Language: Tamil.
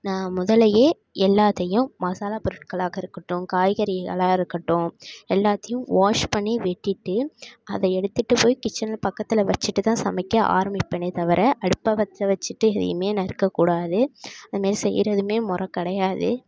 நான் முதல்லயே எல்லாத்தையும் மசாலா பொருட்களாக இருக்கட்டும் காய்கறிகளாக இருக்கட்டும் எல்லாத்தையும் வாஷ் பண்ணி வெட்டிவிட்டு அதை எடுத்துகிட்டு போய் கிச்சனில் பக்கத்தில் வச்சிகிட்டு தான் சமைக்க ஆரமிப்பனே தவிர அடுப்பை பற்ற வச்சிவிட்டு எதையுமே நறுக்க கூடாது அது மாரி செய்யறதுமே முற கிடையாது